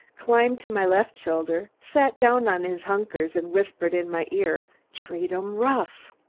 climbed to my left shoulder, sat down on his hunkers and whispered in my ear treat em rough!